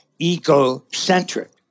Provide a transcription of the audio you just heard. egocentric